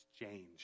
exchange